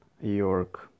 York